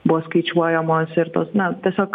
buvo skaičiuojamos ir tos na tiesiog